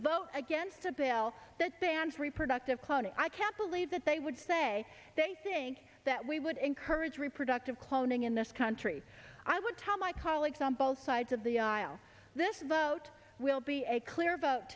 vote against a bill that bans reproductive cloning i can't believe that they would say they think that we would encourage reproductive cloning in this country i would tell my colleagues on both sides of the aisle this vote will be a clear